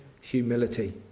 humility